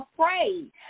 afraid